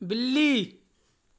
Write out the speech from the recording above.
बिल्ली